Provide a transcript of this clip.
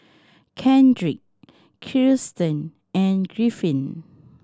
Kendrick Kirstin and Griffin